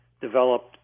developed